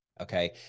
Okay